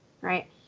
Right